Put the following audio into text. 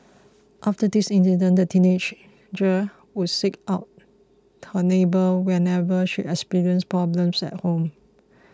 after this incident the would seek out her neighbour whenever she experienced problems at home